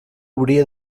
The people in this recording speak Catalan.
hauria